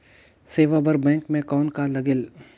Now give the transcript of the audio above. सेवा बर बैंक मे कौन का लगेल?